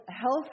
health